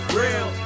real